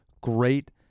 great